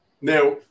Now